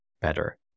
better